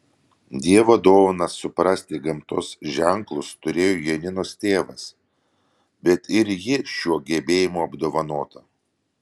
dievo dovaną suprasti gamtos ženklus turėjo janinos tėvas bet ir ji šiuo gebėjimu apdovanota